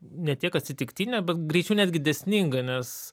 ne tiek atsitiktinė bet greičiau netgi dėsninga nes